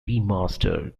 remastered